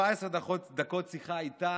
17 דקות שיחה איתה,